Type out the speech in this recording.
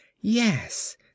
yes